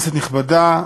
כנסת נכבדה,